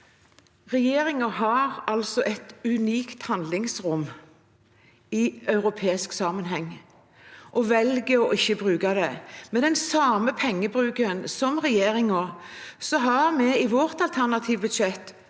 Regjerin- gen har et unikt handlingsrom i europeisk sammenheng og velger å ikke bruke det. Med den samme pengebruken som regjeringen har vi i vårt alternative budsjett